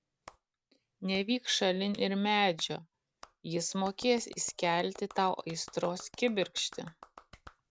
nevyk šalin ir medžio jis mokės įskelti tau aistros kibirkštį